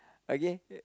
okay